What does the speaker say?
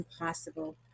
impossible